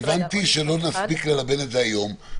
והבנתי שלא נספיק ללבן את זה היום.